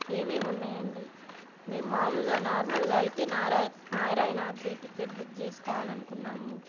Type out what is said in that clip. ఏం ఏం ఉన్నాయి అండి మేము మామూలుగా నార్మల్గా అయితే నారా నారాయణాద్రి టికెట్ బుక్ చేసుకోవాలి అనుకున్నాము